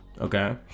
Okay